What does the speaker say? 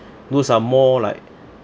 those are more like